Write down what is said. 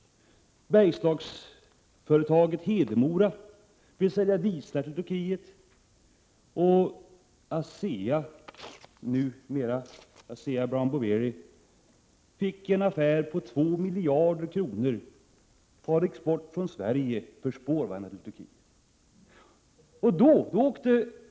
Bergslagsföretaget Hedemora Verkstäder vill sälja dieselmotorer till Turkiet. ASEA, numera Asea-Brown Boveri, fick 1986 en affär på 2 miljarder för export från Sverige av spårvagnar till Turkiet.